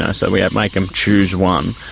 ah so we make them choose one.